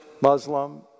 Muslim